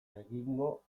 egingo